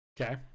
Okay